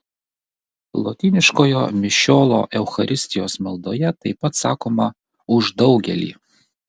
lotyniškojo mišiolo eucharistijos maldoje taip pat sakoma už daugelį